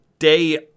Day